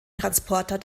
transporter